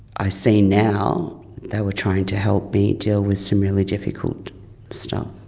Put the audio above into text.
i see now they were trying to help me deal with some really difficult stuff.